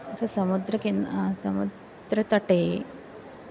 तस्य समुद्रे किन् समुद्रतटे